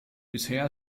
bisher